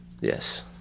Yes